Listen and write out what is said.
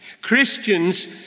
Christians